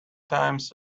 times